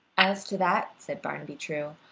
as to that, said barnaby true,